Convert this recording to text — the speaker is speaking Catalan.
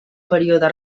període